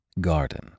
garden